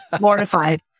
mortified